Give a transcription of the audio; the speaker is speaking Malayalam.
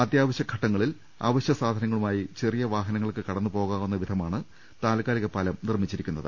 അത്യാ വശൃഘട്ടങ്ങളിൽ അവശൃസാധനങ്ങളുമായി ചെറിയ വാഹ നങ്ങൾക്ക് കടന്നുപോകാവുന്ന വിധമാണ് താൽക്കാലിക പാലം നിർമ്മിച്ചിരിക്കുന്നത്